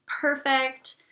perfect